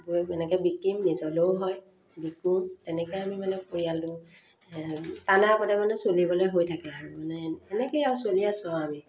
বৈ এনেকৈ বিকিম নিজলৈও হয় বিকো তেনেকৈ আমি মানে পৰিয়ালো টানে আপদে মানে চলিবলৈ হৈ থাকে আৰু মানে এনেকৈয়ে আৰু চলি আছো আৰু আমি